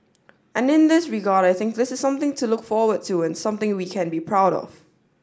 and in this regard I think this is something to look forward to and something we can be proud of